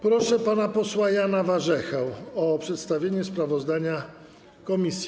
Proszę pana posła Jana Warzechę o przedstawienie sprawozdania komisji.